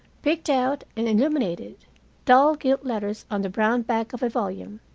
picked out and illuminated dull gilt letters on the brown back of a volume.